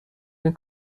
این